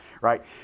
right